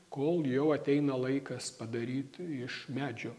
kol jau ateina laikas padaryt iš medžio